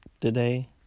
today